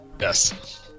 Yes